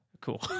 cool